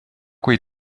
quei